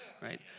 Right